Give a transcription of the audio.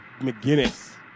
McGinnis